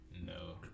no